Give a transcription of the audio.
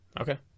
Okay